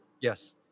Yes